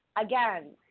again